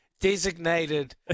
designated